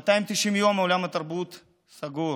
290 יום עולם התרבות סגור,